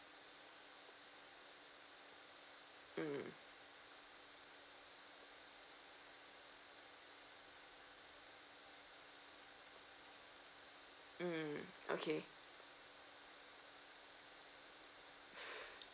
mm mm okay